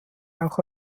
auch